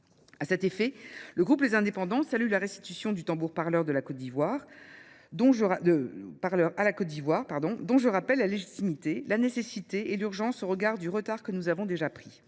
A cet effet, le groupe Les Indépendants salue la restitution du tambour à la Côte d'Ivoire, dont je rappelle la légitimité, la nécessité et l'urgence au regard du retard que nous avons déjà pris.